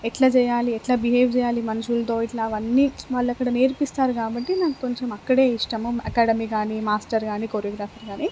ఎట్లా చేయాలి ఎట్లా బిహేవ్ చేయాలి మనుషులతో ఇట్లా అవన్నీ వాళ్ళు అక్కడ నేర్పిస్తారు కాబట్టి నాకు కొంచెం అక్కడే ఇష్టము అకాడమీ కానీ మాస్టర్ కానీ కోరియోగ్రాఫర్ కానీ